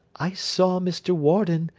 i saw mr. warden,